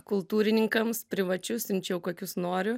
kultūrininkams privačius siunčiau kokius noriu